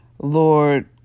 Lord